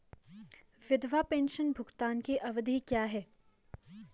विधवा पेंशन भुगतान की अवधि क्या है?